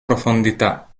profondità